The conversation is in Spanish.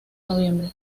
noviembre